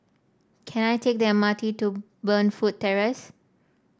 can I take the M R T to Burnfoot Terrace